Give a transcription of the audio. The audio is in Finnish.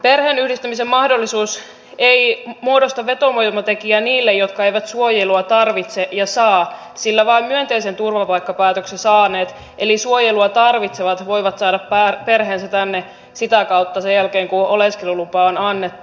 perheenyhdistämisen mahdollisuus ei muodosta vetovoimatekijää niille jotka eivät suojelua tarvitse ja saa sillä vain myönteisen turvapaikkapäätöksen saaneet eli suojelua tarvitsevat voivat saada perheensä tänne sitä kautta sen jälkeen kun oleskelulupa on annettu